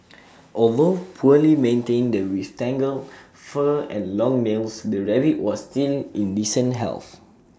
although poorly maintained with tangled fur and long nails the rabbit was still in decent health